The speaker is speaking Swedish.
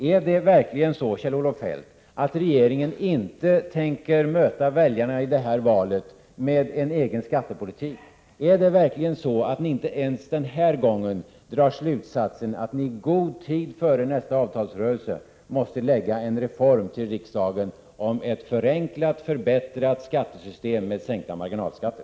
Är det verkligen så, Kjell-Olof Feldt, att regeringen inte tänker möta väljarna i valet med egen skattepolitik? Är det verkligen så att ni inte ens den här gången drar slutsatsen att ni i god tid före nästa avtalsrörelse måste förelägga riksdagen förslag till en reform, som innebär ett förenklat och förbättrat skattesystem med sänkta marginalskatter?